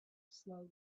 slowly